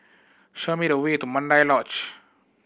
show me the way to Mandai Lodge